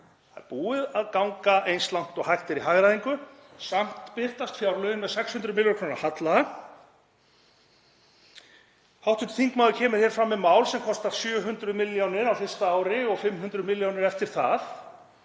það er búið að ganga eins langt og hægt er í hagræðingu. Samt birtast fjárlögin með 600 millj. kr. halla. Hv. þingmaður kemur hér fram með mál sem kostar 700 millj. kr. á fyrsta ári og 500 millj. kr. eftir það.